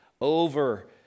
over